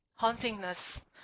hauntingness